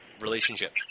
relationship